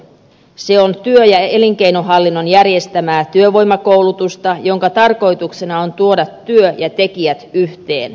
se on työ ja elinkeinohallinnon järjestämää työvoimakoulutusta jonka tarkoituksena on tuoda työ ja tekijät yhteen